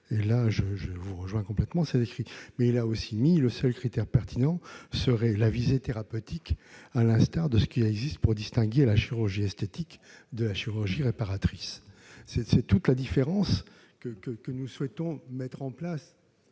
point, je vous rejoins. Toutefois, il a également précisé :« Le seul critère pertinent serait la visée thérapeutique, à l'instar de ce qui existe pour distinguer la chirurgie esthétique de la chirurgie réparatrice. » C'est toute la différence que nous souhaitons mettre en place.